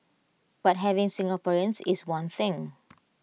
but having Singaporeans is one thing